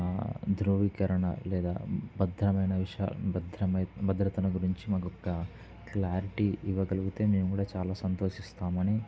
ధ్రృవీకరణ లేదా భద్రమైన విష భద్రమ భద్రతను గురించి మాకొక్క క్లారిటీ ఇవ్వగలిగితే మేము కూడా చాలా సంతోషిస్తామని